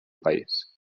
país